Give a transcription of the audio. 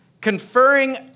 Conferring